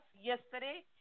yesterday